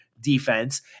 defense